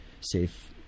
safe